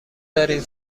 داریم